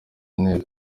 neza